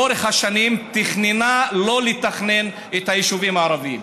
לאורך השנים תכננה לא לתכנן את היישובים הערביים.